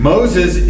Moses